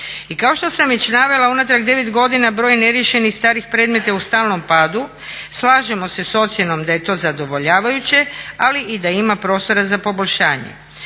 I kao što sam već navela unatrag 9 godina broj neriješenih starih predmeta je u stalnom padu. Slažemo se s ocjenom da je to zadovoljavajuće ali i da ima prostora za poboljšanje.